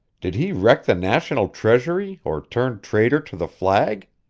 did he wreck the national treasury or turn traitor to the flag?